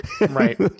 right